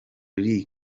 lea